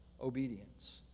obedience